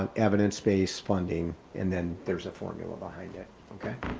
um evidence-base funding, and then there's a formula behind it. okay.